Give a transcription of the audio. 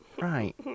right